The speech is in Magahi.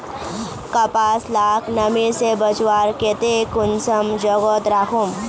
कपास लाक नमी से बचवार केते कुंसम जोगोत राखुम?